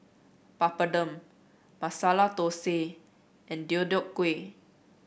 Papadum Masala Dosa and Deodeok Gui